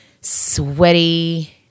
Sweaty